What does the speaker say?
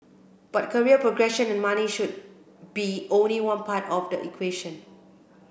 but career progression and money should be only one part of the equation